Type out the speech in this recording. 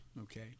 okay